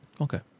Okay